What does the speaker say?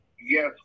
Yes